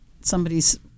somebody's